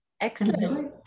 excellent